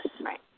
right